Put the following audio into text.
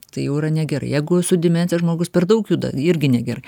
tai jau yra negerai jeigu su dimensija žmogus per daug juda irgi negerai